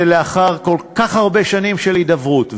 זה לאחר כל כך הרבה שנים של הידברות,